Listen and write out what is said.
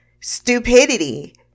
stupidity